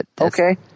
Okay